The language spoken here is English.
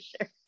sure